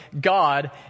God